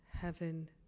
heaven